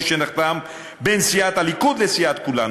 שנחתם בין סיעת הליכוד לסיעת כולנו.